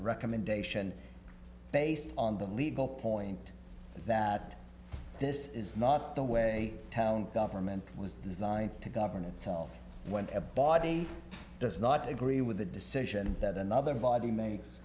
recommendation based on the legal point that this is not the way town government was designed to govern itself when every body does not agree with the decision that another body makes